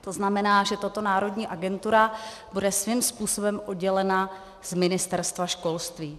To znamená, že tato Národní agentura bude svým způsobem oddělena z Ministerstva školství.